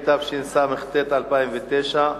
התשס"ט 2009,